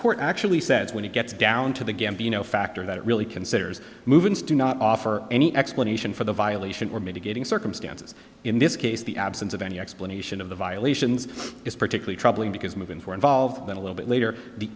court actually says when it gets down to the gambino factor that it really considers movements do not offer any explanation for the violation or mitigating circumstances in this case the absence of any explanation of the violations is particularly troubling because moving for involved then a little bit later the